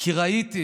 כי ראיתי,